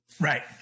Right